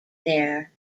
there